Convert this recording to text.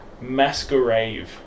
masquerade